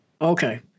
Okay